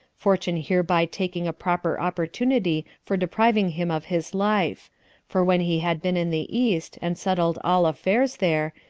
fortune hereby taking a proper opportunity for depriving him of his life for when he had been in the east, and settled all affairs there,